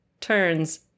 turns